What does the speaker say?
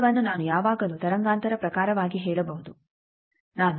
ದೂರವನ್ನು ನಾನು ಯಾವಾಗಲೂ ತರಂಗಾಂತರ ಪ್ರಕಾರವಾಗಿ ಹೇಳಬಹುದು ನಾನು 4